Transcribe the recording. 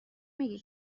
میگه